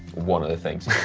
one of the things.